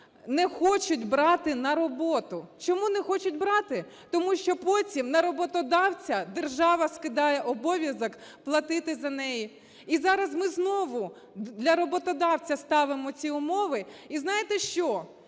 не хочуть брати на роботу. Чому не хочуть брати? Тому що потім на роботодавця держава скидає обов'язок платити за неї. І зараз ми знову для роботодавця ставимо ці умови. І знаєте що?